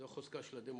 זו חוזקה של הדמוקרטיה.